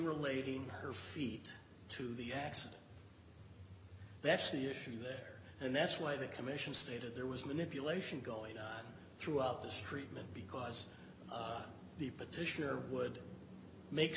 relating her feet to the accident that's the issue there and that's why the commission stated there was manipulation going on throughout this treatment because the petitioner would make